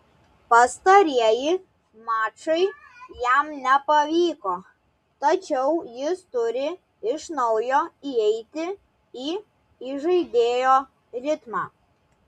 pastarieji mačai jam nepavyko tačiau jis turi iš naujo įeiti į įžaidėjo ritmą